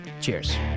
Cheers